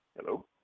Hello